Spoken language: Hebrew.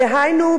דהיינו,